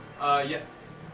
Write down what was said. Yes